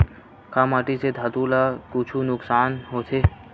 का माटी से खातु ला कुछु नुकसान होथे?